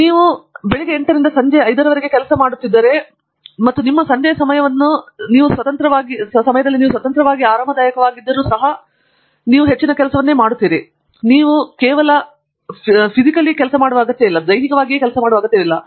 ನೀವು ಬೆಳಿಗ್ಗೆ 8 ರಿಂದ ಸಂಜೆಯ 5 ವರೆಗೆ ಕೆಲಸ ಮಾಡುತ್ತಿದ್ದರೆ ಮತ್ತು ನಿಮ್ಮ ಸಂಜೆಯ ಸಮಯವನ್ನು ತೆಗೆದುಕೊಂಡು ಸ್ವತಂತ್ರವಾಗಿ ಮತ್ತು ಆರಾಮದಾಯಕವಾಗಿದ್ದರೂ ಸಹ ನೀವು ಇನ್ನೂ ಹೆಚ್ಚಿನ ಕೆಲಸವನ್ನು ಮಾಡುತ್ತಿದ್ದೀರಾ ಎಂದು ನಿಮಗೆ ಇಷ್ಟವಿಲ್ಲ